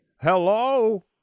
Hello